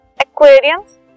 aquariums